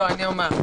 דבר הממונה.